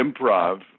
improv